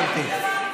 שאקבל,